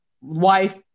wife